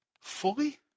fully